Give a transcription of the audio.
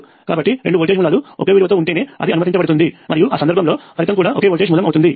కాబట్టి రెండు వోల్టేజ్ మూలాలు ఒకే విలువతో ఉంటేనే అది అనుమతించబడుతుంది మరియు ఆ సందర్భంలో ఫలితం కూడా ఒకే వోల్టేజ్ మూలం అవుతుంది